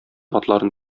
атларын